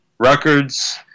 records